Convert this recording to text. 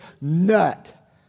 nut